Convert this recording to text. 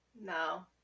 No